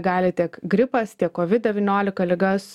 gali tiek gripas tiek kovid devyniolika ligas